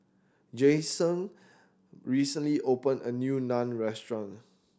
Jameson recently opened a new Naan Restaurant